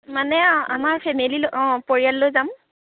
মানে আমাৰ ফেমিলি লৈ অঁ পৰিয়াল লৈ যাম